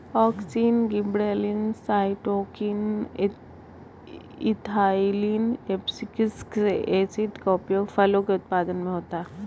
auxin, gibberellins, cytokine, ethylene, abscisic acid का उपयोग फलों के उत्पादन में होता है